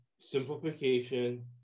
simplification